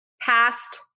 past